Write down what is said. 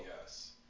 yes